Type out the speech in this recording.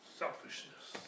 selfishness